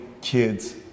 kids